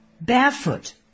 Barefoot